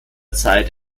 zeit